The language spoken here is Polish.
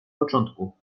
początku